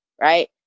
right